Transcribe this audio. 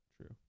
True